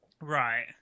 Right